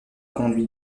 conduit